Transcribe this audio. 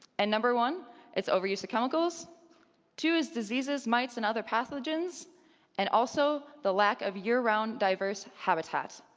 and number one is overuse of chemicals two, is diseases, mites, and other pathogens and also, the lack of year-round diverse habitat.